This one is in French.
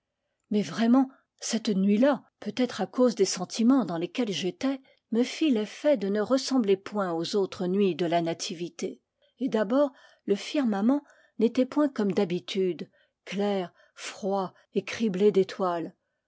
mais vraiment cette nuit-là peut-être à cause des sentiments dans lesquels j'étais me fit l'effet de ne ressembler point aux autres nuits de la nativité et d'abord le firmament n'était point comme d'habitude clair froid et criblé